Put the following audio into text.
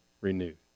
renewed